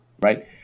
right